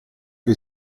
che